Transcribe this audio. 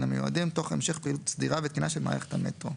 המיועדים תוך המשך פעילות סדירה ותקינה של מערכת המטרו,